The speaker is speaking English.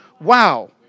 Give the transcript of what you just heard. Wow